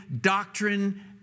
doctrine